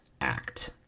act